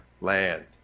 land